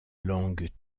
langue